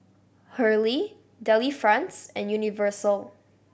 Hurley Delifrance and Universal